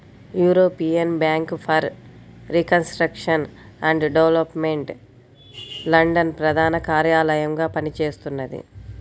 European Bank for Reconstruction and Development London ప్రధాన కార్యాలయంగా పనిచేస్తున్నది